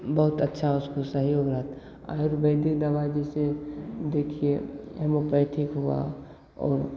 बहुत अच्छा उसको सही हो जाता आयुर्वेदिक दवाई जिससे खिए होम्योपैथिक हुआ और